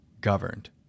governed